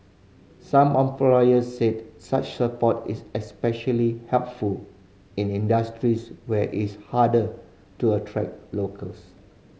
some employers said such support is especially helpful in industries where it's harder to attract locals